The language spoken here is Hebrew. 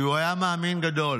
כי הוא היה מאמין גדול.